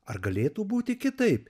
ar galėtų būti kitaip